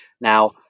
Now